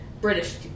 british